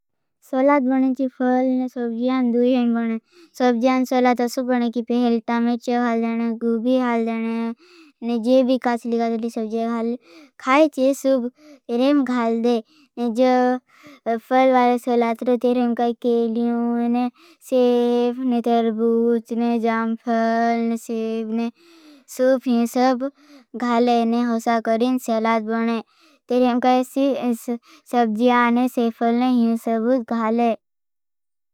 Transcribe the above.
सलाद बनें ची फ़ल और सबजियान दू हैं बनें। सबजियान सलाद तो सुप बनें। कि पेहलटा मिर्च खाल देनें गूबी खाल देनें। जो भी कास लिगा तो सबजिया खाल दें। खाल ची सुप तेरें हम घाल दें। जो फ़ल वाले सलाद तो तेरें हम कहा केलियों ने सेफ ने धर्बूत ने जामफ़ल ने सेफ ने सुप हीं सब घालें। ने होसा करें सलाद बनें। तेरें हम कहा सबजियान ने सेफ़ल ने हीं सबज़ घालें।